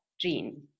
gene